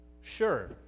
Sure